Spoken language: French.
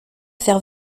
faire